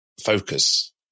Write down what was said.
focus